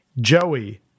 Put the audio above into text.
Joey